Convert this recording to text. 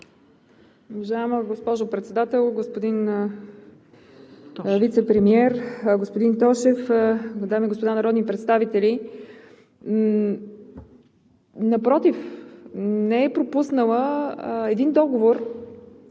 Уважаема госпожо Председател, господин Вицепремиер, господин Тошев, дами и господа народни представители! Напротив, не е пропуснала! Един договор